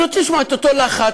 אני רוצה לשמוע את אותו לחץ